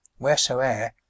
wheresoeer